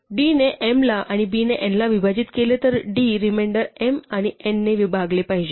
d ने m ला आणि b ने n ला विभाजित केले तर d रिमेंडर m ला n ने भागले पाहिजे